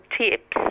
tips